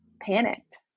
panicked